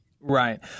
Right